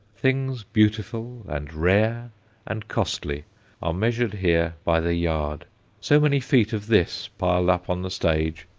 things beautiful and rare and costly are measured here by the yard so many feet of this piled up on the stage,